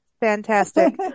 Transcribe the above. fantastic